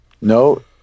No